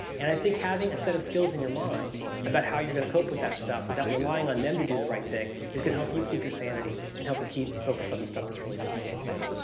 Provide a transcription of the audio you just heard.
and i think having a set of skills in your mind about how you're going to cope with that stuff without relying on them to do the right thing is going to help you keep your sanity and help you keep focus on the stuff that's really valuable to you.